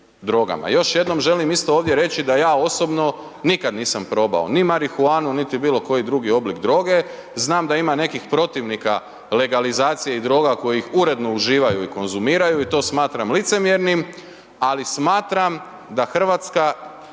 Još jednom želim isto ovdje reći da ja osobno nikad nisam probao ni marihuanu, niti bilo koji drugi oblik droge, znam da ima nekih protivnika legalizacija i droga kojih uredno uživaju i konzumiraju i to smatram licemjernim, ali smatram da RH upravo